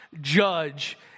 judge